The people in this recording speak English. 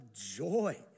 joy